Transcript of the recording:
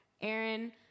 Aaron